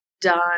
done